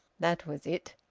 that was it!